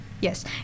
Yes